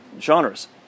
genres